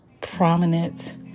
prominent